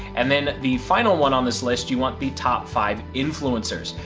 and then the final one on this list, you want the top five influencers.